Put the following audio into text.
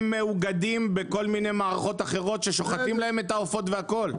הם מאוגדים בכל מיני מערכות אחרות ששוחטים להם את העופות והכל.